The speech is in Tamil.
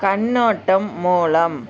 கண்ணோட்டம் மூலம்